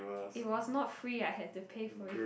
it was not free I had to pay for it